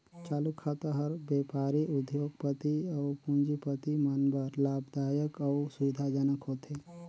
चालू खाता हर बेपारी, उद्योग, पति अउ पूंजीपति मन बर लाभदायक अउ सुबिधा जनक होथे